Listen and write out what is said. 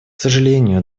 сожалению